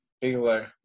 Bigelow